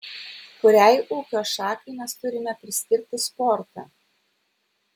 kuriai ūkio šakai mes turime priskirti sportą